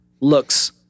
looks